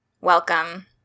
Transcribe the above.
Welcome